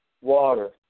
water